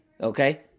Okay